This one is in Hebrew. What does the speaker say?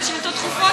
על שאילתות דחופות.